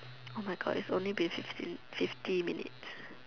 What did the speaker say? oh my God it's only been sixteen fifty minutes